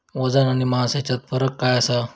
वजन आणि मास हेच्यात फरक काय आसा?